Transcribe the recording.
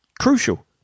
Crucial